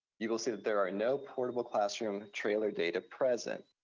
you will see that there are no portable classroom trailer data present.